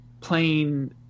playing